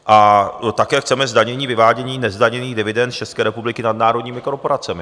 A také chceme zdanění vyvádění nezdaněných dividend z České republiky nadnárodními korporacemi.